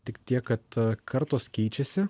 tik tiek kad kartos keičiasi